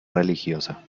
religiosa